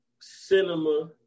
cinema